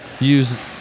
Use